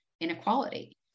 inequality